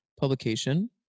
publication